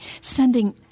sending